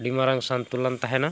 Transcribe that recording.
ᱟᱹᱰᱤ ᱢᱟᱨᱟᱝ ᱥᱟᱱᱛᱳᱞᱚᱱ ᱛᱟᱦᱮᱱᱟ